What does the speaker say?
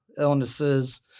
illnesses